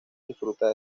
disfruta